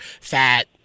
fat